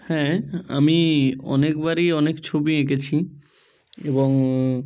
হ্যাঁ আমি অনেকবারই অনেক ছবি এঁকেছি এবং